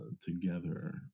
together